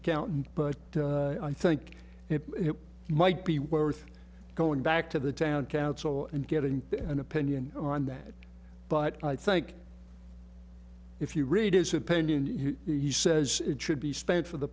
accountant but i think it might be worth going back to the town council and getting an opinion on that but i think if you read his opinion he says it should be spared for the